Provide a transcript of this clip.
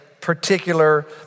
particular